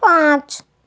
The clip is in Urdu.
پانچ